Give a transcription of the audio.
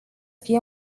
fie